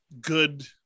good